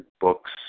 books